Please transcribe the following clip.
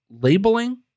labeling